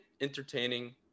entertaining